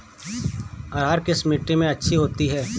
अरहर किस मिट्टी में अच्छी होती है?